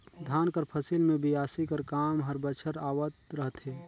धान कर फसिल मे बियासी कर काम हर बछर आवत रहथे